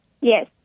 Yes